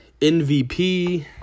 MVP